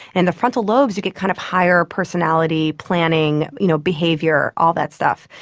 and the frontal lobes you get kind of higher personality, planning, you know behaviour, all that stuff.